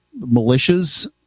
militias